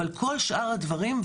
אבל כל שאר הדברים,